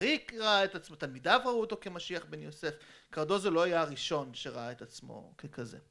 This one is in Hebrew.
ריק ראה את עצמו, תלמידיו ראו אותו כמשיח בן יוסף קארדוזו לא היה הראשון שראה את עצמו ככזה